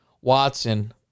Watson